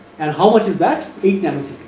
and how much is that eight times.